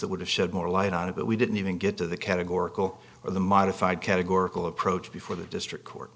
that would have shed more light on it but we didn't even get to the categorical or the modified categorical approach before the district court